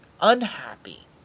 unhappy